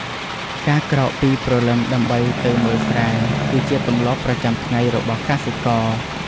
ការក្រោកពីព្រលឹមដើម្បីទៅមើលស្រែ គឺជាទម្លាប់ប្រចាំថ្ងៃរបស់កសិករ។